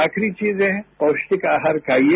आखिरी चीजें पौध्टिक आहार खाइए